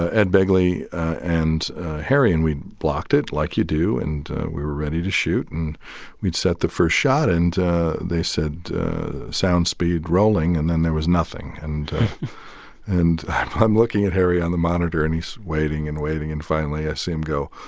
ah ed begley and harry. and we blocked it like you do. and we were ready to shoot. and we'd set the first shot. and they said sound speed rolling. and then there was nothing. and and i'm looking at harry on the monitor. and he's waiting and waiting. and, finally, i see him go,